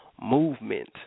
movement